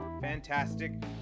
Fantastic